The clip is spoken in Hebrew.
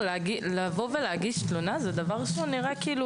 לבוא ולהגיש תלונה יכול להיות דבר מפחיד,